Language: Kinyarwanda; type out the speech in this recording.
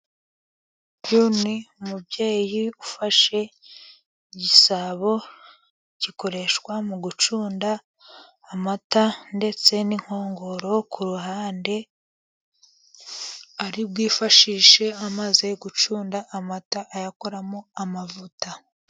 Uyu ni umubyeyi ufashe igisabo gikoreshwa mu gucunda amata ndetse n'inkongoro ku ruhande, ari bwifashishe amaze gucunda amata ayakoramo amavuta.